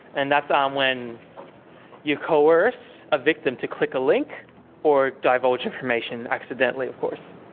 and that's um when you coerce a victim to click a link or divulge information, accidentally of course.